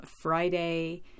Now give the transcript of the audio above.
Friday